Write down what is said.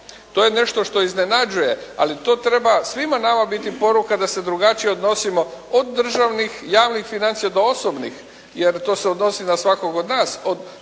To je nešto što iznenađuje, ali to treba svima nama biti poruka da se drugačije odnosimo od državnih, javnih financija do osobnih jer to se odnosi na svakog od nas,